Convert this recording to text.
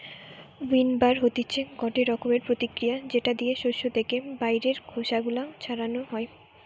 উইন্নবার হতিছে গটে রকমের প্রতিক্রিয়া যেটা দিয়ে শস্য থেকে বাইরের খোসা গুলো ছাড়ানো হয়